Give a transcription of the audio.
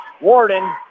Warden